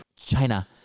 China